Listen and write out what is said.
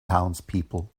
townspeople